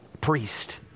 priest